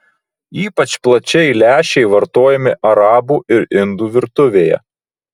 ypač plačiai lęšiai vartojami arabų ir indų virtuvėje